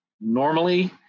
normally